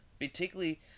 particularly